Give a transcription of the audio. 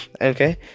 okay